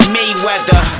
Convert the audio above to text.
Mayweather